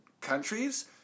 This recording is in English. countries